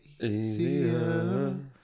easier